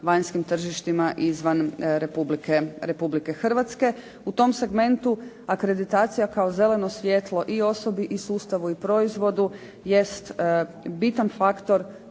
vanjskim tržištima izvan Republike Hrvatske. U tom segmentu akreditacija kao zeleno svjetlo i osobi i sustavu i proizvodu jest bitan faktor,